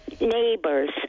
neighbors